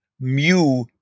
mu